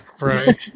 right